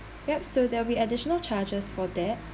yup so there will be additional charges for that